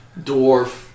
dwarf